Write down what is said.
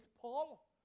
Paul